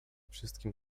wszystkim